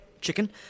Chicken